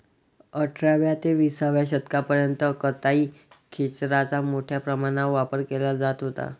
अठराव्या ते विसाव्या शतकापर्यंत कताई खेचराचा मोठ्या प्रमाणावर वापर केला जात होता